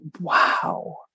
Wow